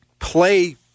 play